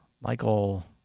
Michael